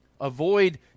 Avoid